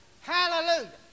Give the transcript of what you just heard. Hallelujah